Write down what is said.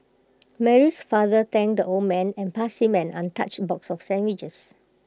Mary's father thanked the old man and passed him an untouched box of sandwiches